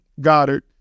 Goddard